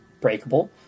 Breakable